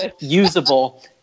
usable